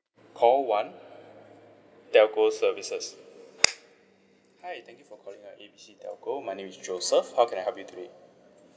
call one telco services hi thank you for calling uh A B C telco my name is joseph how can I help you today